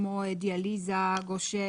כמו דיאליזה גושה,